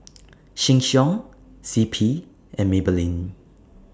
Sheng Siong C P and Maybelline